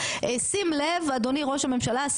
שים לב אדוני ראש הממשלה,